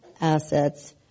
assets